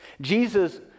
Jesus